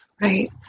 right